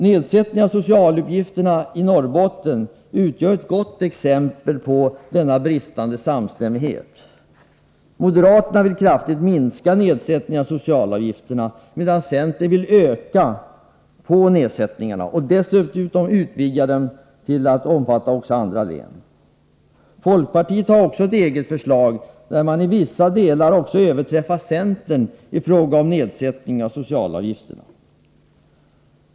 Nedsättningen av socialavgifterna i Norrbotten utgör ett gott exempel på denna bristande samstämmighet. Moderaterna vill kraftigt minska nedsättningen av socialavgifterna, medan centern vill öka nedsättningarna och dessutom utvidga dem till även andra län. Folkpartiet har ett eget förslag, där man i vissa delar också överträffar centern i fråga om nedsättning av socialavgifterna.